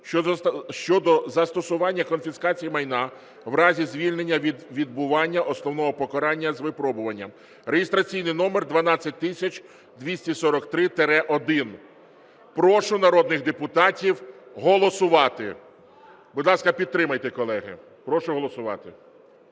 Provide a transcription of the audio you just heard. щодо застосування конфіскація майна в разі звільнення від відбування основного покарання з випробуванням (реєстраційний номер 12243-1). Прошу народних депутатів голосувати. Будь ласка, підтримайте, колеги. Прошу голосувати.